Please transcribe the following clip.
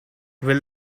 will